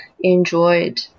enjoyed